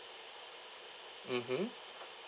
mmhmm